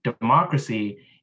democracy